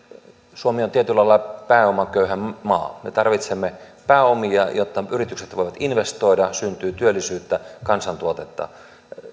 suomi on tietyllä lailla pääomaköyhä maa me tarvitsemme pääomia jotta yritykset voivat investoida syntyy työllisyyttä kansantuotetta